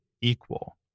equal